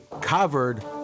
covered